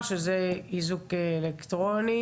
תיכף אני אטפל בעידו, גם את עידו אני מכירה.